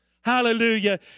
Hallelujah